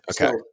Okay